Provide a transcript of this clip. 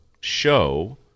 show